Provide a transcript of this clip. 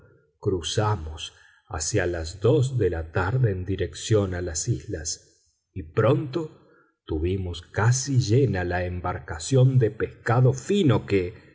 cruzamos hacia las dos de la tarde en dirección a las islas y pronto tuvimos casi llena la embarcación de pescado fino que